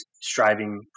striving